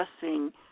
discussing